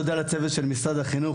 תודה לצוות של משרד החינוך,